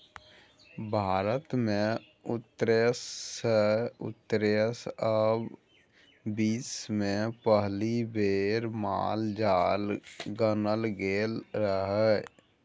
भारत मे उन्नैस सय उन्नैस आ बीस मे पहिल बेर माल जाल गानल गेल रहय